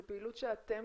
זו פעילות שאתם